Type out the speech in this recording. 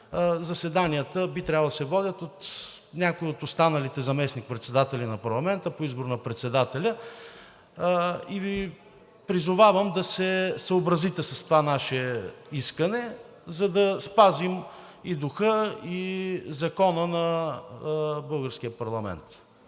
заседанията би трябвало да се водят от някои от останалите заместник-председатели на парламента по избор на председателя. И Ви призовавам да се съобразите с това наше искане, за да спазим и духа, и закона на българския парламент.